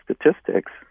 statistics